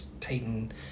tighten